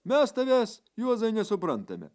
mes tavęs juozai nesuprantame